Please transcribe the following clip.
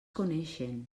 coneixen